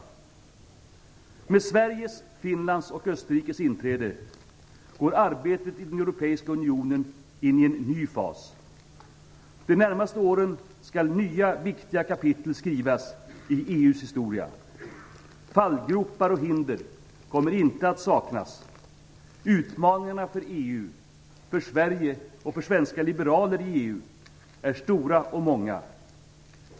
Med Sveriges, Finlands och Österrikes inträde går arbetet i den europeiska unionen in i en ny fas. De närmaste åren skall nya viktiga kapitel skrivas i EU:s historia. Fallgropar och hinder kommer inte att saknas. Utmaningarna för EU, för Sverige och för svenska liberaler i EU är stora och många.